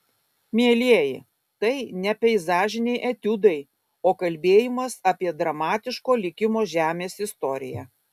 mielieji tai ne peizažiniai etiudai o kalbėjimas apie dramatiško likimo žemės istoriją